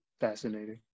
Fascinating